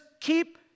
keep